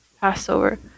Passover